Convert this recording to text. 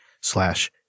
slash